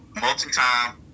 Multi-time